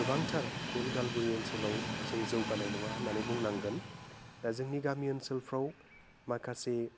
गोबांथार बे अदालगुरि ओनसोलाव जों जौगानाय नङा होन्नानै बुंनांगोन दा जोंनि गामि ओनसोलफ्राव माखासे